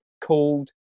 called